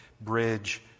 bridge